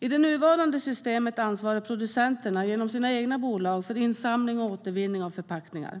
I det nuvarande systemet ansvarar producenterna genom sina egna bolag för insamling och återvinning av förpackningar.